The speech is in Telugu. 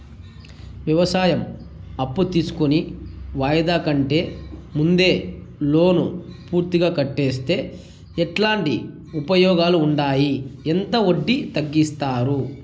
వ్యవసాయం అప్పు తీసుకొని వాయిదా కంటే ముందే లోను పూర్తిగా కట్టేస్తే ఎట్లాంటి ఉపయోగాలు ఉండాయి? ఎంత వడ్డీ తగ్గిస్తారు?